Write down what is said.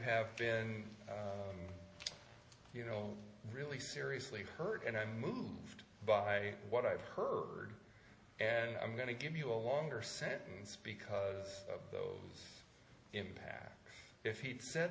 have been you know really seriously hurt and i moved by what i've heard and i'm going to give you a longer sentence because those impact if he'd said